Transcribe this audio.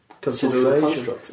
consideration